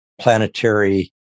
planetary